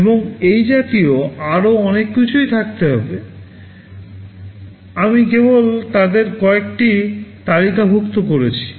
এবং এই জাতীয় আরও অনেক কিছুই থাকতে পারে আমি কেবল তাদের কয়েকটিকে তালিকাভুক্ত করেছি